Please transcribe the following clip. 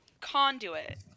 conduit